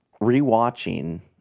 re-watching